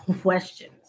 questions